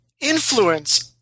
influence